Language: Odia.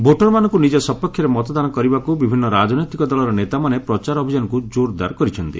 ଭୋଟରମାନଙ୍କୁ ନିଜ ସପକ୍ଷରେ ମତଦାନ କରିବାକୁ ବିଭିନ୍ନ ରାଜନୈତିକ ଦଳର ନେତାମାନେ ପ୍ରଚାର ଅଭିଯାନକୁ କୋରଦାର କରିଛନ୍ତି